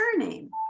surname